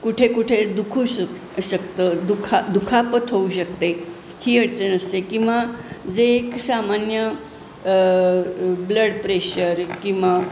कुठे कुठे दुखू शक शकतं दुखा दुखापत होऊ शकते ही अडचण असते किंवा जे एक सामान्य ब्लड प्रेशर किंवा